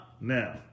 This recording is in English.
Now